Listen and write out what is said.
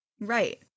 right